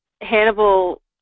Hannibal